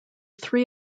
three